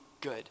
good